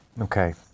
Okay